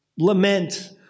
lament